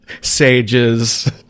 Sage's